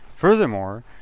Furthermore